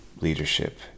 leadership